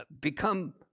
Become